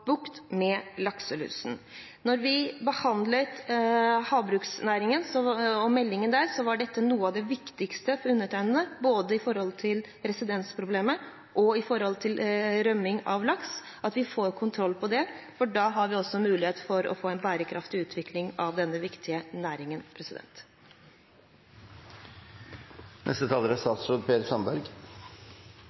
var dette noe av det viktigste for undertegnede, både når det gjelder resistensproblemet og rømming av laks, at vi får kontroll på det, for da har vi også mulighet til å få en bærekraftig utvikling av denne viktige næringen.